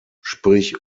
sprich